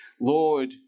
Lord